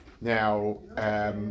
Now